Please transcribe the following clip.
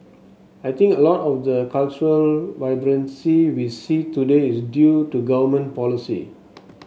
I think a lot of the cultural vibrancy we see today is due to government policy